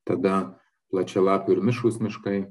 tada plačialapių ir mišrūs miškai